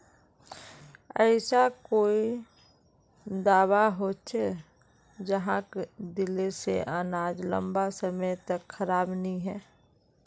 ऐसा कोई दाबा होचे जहाक दिले से अनाज लंबा समय तक खराब नी है?